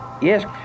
Yes